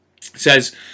says